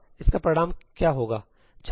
इसका परिणाम क्या होगा